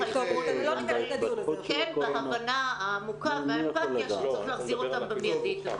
--- כן בהבנה עמוקה ואמפתיה שצריך להחזיר אותם במידית,